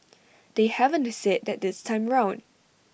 they haven't said that this time round